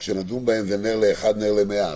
שכאשר נדון בהם זה "נר לאחד נר למאה.